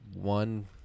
one